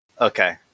Okay